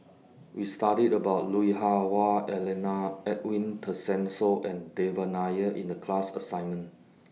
We studied about Lui Hah Wah Elena Edwin Tessensohn and Devan Nair in The class assignment